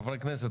חברי כנסת,